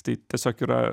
tai tiesiog yra